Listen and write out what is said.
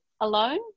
alone